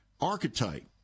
archetype